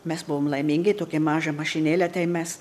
mes buvom laimingi tokią mažą mašinėlę tai mes